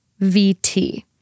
vt